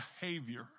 behavior